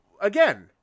again